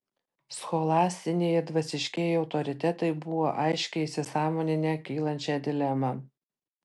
scholastiniai ir dvasiškieji autoritetai buvo aiškiai įsisąmoninę kylančią dilemą